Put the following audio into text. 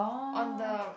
on the